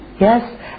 Yes